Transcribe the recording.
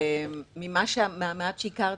מהמעט שהכרתי,